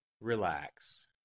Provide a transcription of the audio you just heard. Relax